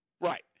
Right